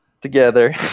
together